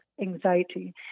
anxiety